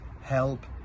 help